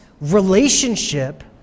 relationship